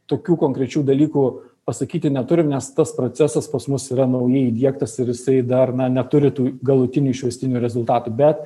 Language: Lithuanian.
tokių konkrečių dalykų pasakyti neturim nes tas procesas pas mus yra naujai įdiegtas ir jisai dar na neturi tų galutinių išvestinių rezultatų bet